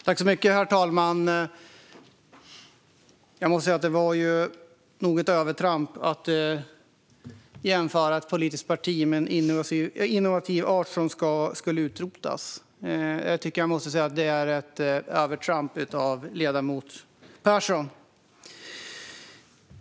Herr talman! Jag måste säga att det var ett övertramp att jämföra ett politiskt parti med en invasiv art som ska utrotas. Det var ett övertramp av ledamoten Persson.